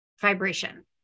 vibration